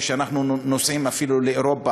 כשאנחנו נוסעים אפילו לאירופה,